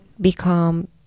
become